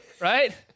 Right